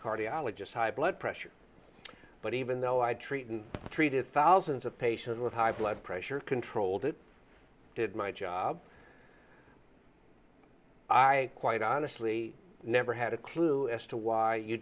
cardiologist high blood pressure but even though i treat and treated thousands of patients with high blood pressure controlled it did my job i quite honestly never had a clue as to why you